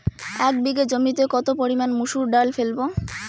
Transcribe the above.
এক বিঘে জমিতে কত পরিমান মুসুর ডাল ফেলবো?